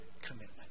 commitment